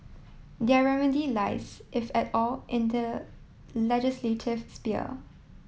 their remedy lies if at all in the legislative sphere